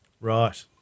Right